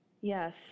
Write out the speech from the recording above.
Yes